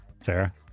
Sarah